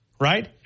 right